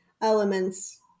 elements